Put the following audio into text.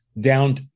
down